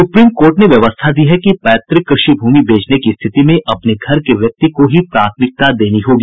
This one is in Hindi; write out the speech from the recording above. सुप्रीम कोर्ट ने व्यवस्था दी है कि पैतृक कृषि भूमि बेचने की स्थिति में अपने घर के व्यक्ति को ही प्राथमिकता देनी होगी